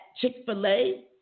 Chick-fil-A